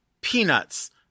Peanuts